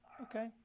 Okay